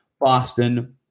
Boston